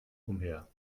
umher